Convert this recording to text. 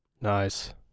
Nice